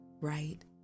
right